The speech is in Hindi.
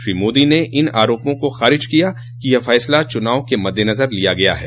श्री मोदी ने इन आरोपों को खारिज किया कि यह फसला चुनाव के मद्देनजर लिया गया है